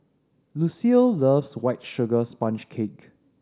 Lucille loves White Sugar Sponge Cake